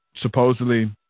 supposedly